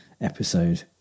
episode